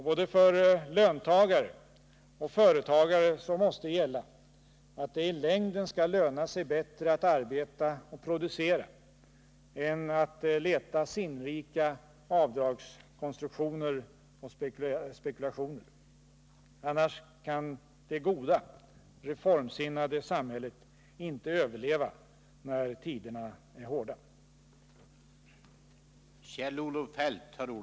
Både för löntagare och för företagare måste gälla att det i längden måste löna sig bättre att arbeta och producera än att leta efter sinnrika avdragskonstruktioner och att spekulera. Annars kan det goda, reformsinnade samhället inte överleva när tiderna är hårda.